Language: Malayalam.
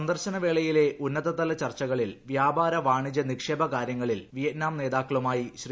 സന്ദർശന വേളയിലെ ഉന്നതതല ചർച്ചകളിൽ വ്യാപ്ട്ട്രൂ പ്പാണിജ്യ നിക്ഷേപ കാര്യങ്ങളിൽ വിയറ്റ്നാം നേതാക്കളുമായി ്യക്കീ